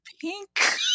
pink